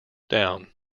down